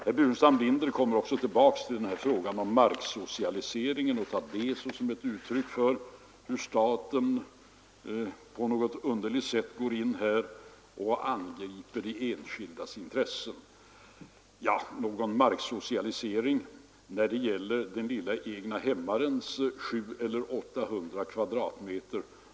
Herr Burenstam Linder återkommer också till frågan om marksocialiseringen och tar den som ett uttryck för hur staten på något underligt sätt går in och angriper de enskildas intressen. Ja, någon marksocialisering när det gäller egnahemmarnas lilla tomt om 700-800 m?